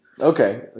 Okay